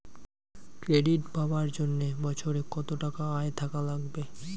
Credit পাবার জন্যে বছরে কত টাকা আয় থাকা লাগবে?